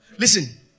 Listen